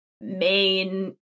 main